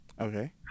Okay